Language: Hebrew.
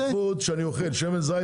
של שמן הזית